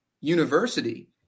University